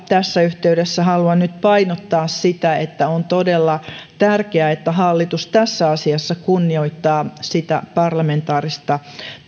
tässä yhteydessä halua nyt painottaa sitä että on todella tärkeää että hallitus tässä asiassa kunnioittaa sitä parlamentaarista